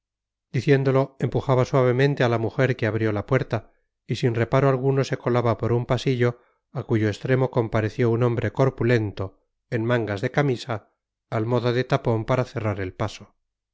diciéndolo empujaba suavemente a la mujer que abrió la puerta y sin reparo alguno se colaba por un pasillo a cuyo extremo compareció un hombre corpulento en mangas de camisa al modo de tapón para cerrar el paso